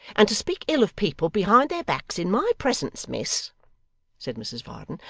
and to speak ill of people behind their backs in my presence, miss said mrs varden,